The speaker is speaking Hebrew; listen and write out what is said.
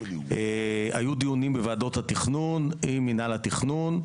היו דיונים בוועדות התכנון עם מינהל התכנון,